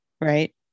right